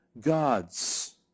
gods